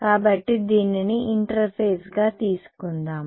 కాబట్టి దీనిని ఇంటర్ఫేస్ గా తీసుకుందాం